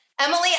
Emily